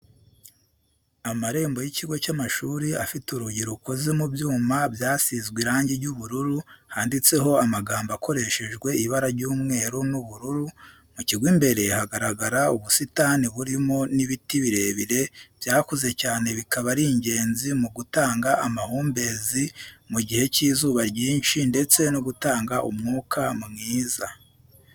Amarembo y'ikigo cy'amashuri afite urugi rukoze mu byuma byasizwe irangi ryiubururu handitseho amagambo akoreshejwe ibara ry'umweru n' ubururu, mu kigo imbere hagaragara ubusitani burimo n'ibiti birebire byakuze cyane bikaba ari ingenzi mu gutanga amahumbezi mu gihe cy'izuba ryinshi ndetse no gutanga umwuka mwiza.